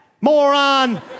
moron